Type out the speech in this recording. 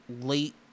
late